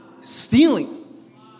stealing